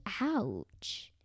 ouch